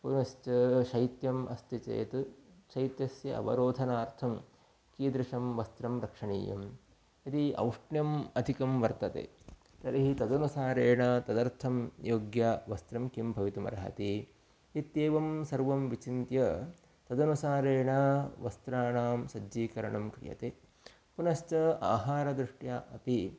पुनश्च शैत्यम् अस्ति चेत् शैत्यस्य अवरोधनार्थं कीदृशं वस्त्रं रक्षणीयम् यदि औष्ण्यम् अधिकं वर्तते तर्हि तदनुसारेण तदर्थं योग्यं वस्त्रं किं भवितुम् अर्हति इत्येवं सर्वं विचिन्त्य तदनुसारेण वस्त्राणां सज्जीकरणं क्रियते पुनश्च आहारदृष्ट्या अपि